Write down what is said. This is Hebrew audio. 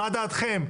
מה דעתכם?